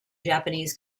japanese